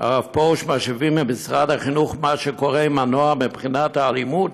הרב פרוש על מה שקורה עם הנוער מבחינת האלימות